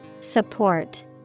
Support